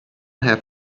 have